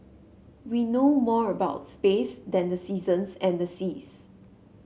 we know more about space than the seasons and the seas